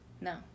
No